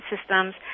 systems